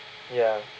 ya